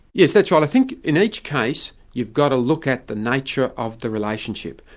yes, that's right. i think in each case you've got to look at the nature of the relationship,